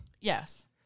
Yes